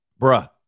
Bruh